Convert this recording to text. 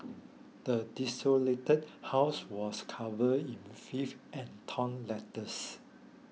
the desolated house was covered in filth and torn letters